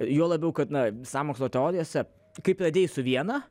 juo labiau kad na sąmokslo teorijose kaip su viena